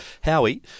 Howie